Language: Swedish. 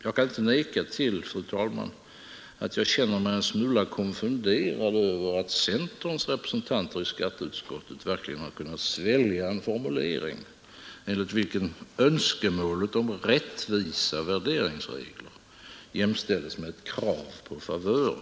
Jag kan inte neka till, fru talman, att jag känner mig en smula konfunderad över att centerns representanter i skatteutskottet verkligen kunnat svälja en formulering enligt vilken önskemålet om rättvisa värderingsregler jämställes med ett krav på favörer.